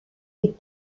les